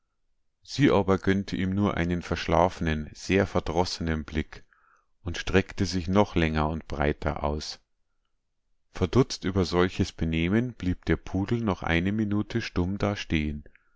sie aber gönnte ihm nur einen verschlafenen sehr verdrossenen blick und streckte sich noch länger und breiter aus verdutzt über solches benehmen blieb der pudel noch eine minute stumm dastehen